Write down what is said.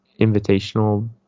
invitational